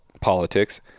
politics